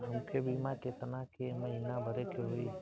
हमके बीमा केतना के महीना भरे के होई?